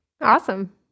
Awesome